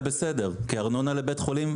כארנונה לבית חולים,